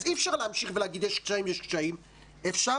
אז אי אפשר להגיד שיש קשיים ויש קשיים, אפשר